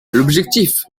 l’objectif